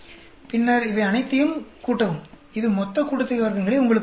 பின்னர் இவை அனைத்தையும் கூட்டவும் இது மொத்த கூட்டுத்தொகை வர்க்கங்களை உங்களுக்கு வழங்கும்